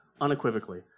unequivocally